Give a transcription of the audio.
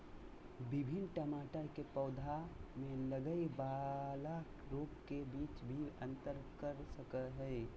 विभिन्न टमाटर के पौधा में लगय वाला रोग के बीच भी अंतर कर सकय हइ